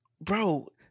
bro